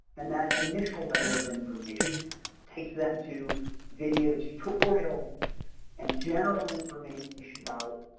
and that initial layer of information takes them to video tutorials and general information about,